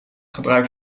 gebruik